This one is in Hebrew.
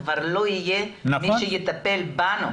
כבר לא יהיה מי שיטפל בנו.